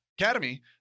Academy